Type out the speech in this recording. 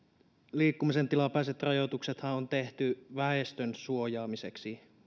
liikkumisen tilapäiset rajoituksethan on tehty väestön suojaamiseksi